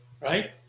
right